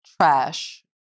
trash